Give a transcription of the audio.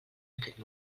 aquest